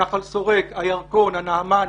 נחל סורק, הירקון, הנעמן.